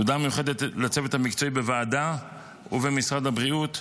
תודה מיוחדת לצוות המקצועי בוועדה ובמשרד הבריאות,